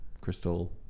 Crystal